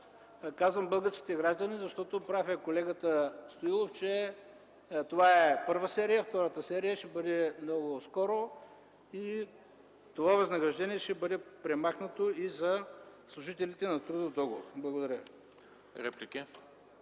Казвам българските граждани, защото прав е колегата Стоилов, че това е първа серия. Втората серия ще бъде много скоро и това възнаграждение ще бъде премахнато и за служителите на трудов договор. Благодаря